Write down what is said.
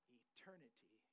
eternity